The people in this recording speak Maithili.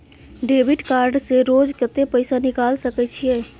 डेबिट कार्ड से रोज कत्ते पैसा निकाल सके छिये?